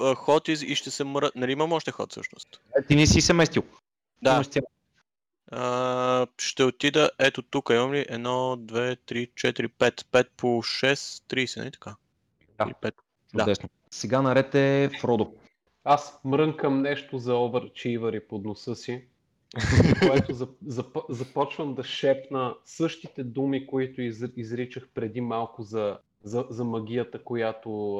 ход и ще се мръ- нали имам още ход всъщност? А, ти не си се местил. Да. Имаш цяло. А, ще отида, ето тук, имам ли? Едно, две, три, четири, пет. Пет по шест, 30, нали така? Да. Три, пет. Да. Чудесно. Сега на ред е Фродо. Аз мрънкам нещо за overachiever-и под носа си, което зап- зап- започвам да шепна същите думи, които из- изричах преди малко за- за- за магията, която